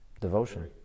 Devotion